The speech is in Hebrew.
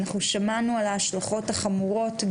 אנחנו שמענו על ההשלכות החמורות,